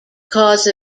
cause